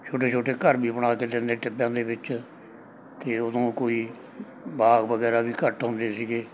ਛੋਟੇ ਛੋਟੇ ਘਰ ਵੀ ਬਣਾ ਕੇ ਦਿੰਦੇ ਟਿੱਬਿਆਂ ਦੇ ਵਿੱਚ ਕਿ ਉਦੋਂ ਕੋਈ ਬਾਗ ਵਗੈਰਾ ਵੀ ਘੱਟ ਹੁੰਦੇ ਸੀਗੇ